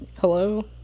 Hello